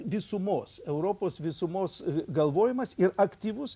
visumos europos visumos galvojimas ir aktyvus